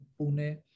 Pune